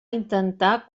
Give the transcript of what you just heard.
intentar